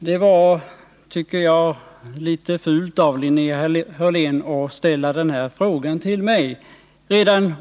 Herr talman! Jag tycker att det var litet fult av Linnea Hörlén att ställa denna fråga till mig.